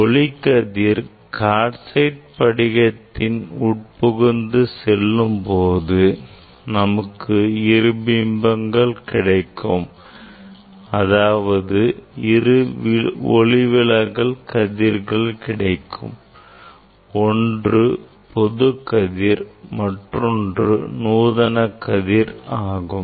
ஒளிக்கதிர் கால்சைட் படிகத்தின் உட்புகுந்து செல்லும்போது நமக்கு இரு பிம்பங்கள் கிடைக்கும் அதாவது இரு ஒளிவிலகல் கதிர்கள் கிடைக்கும் ஒன்று பொது கதிர் மற்றொன்று நூதன கதிர் ஆகும்